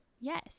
Yes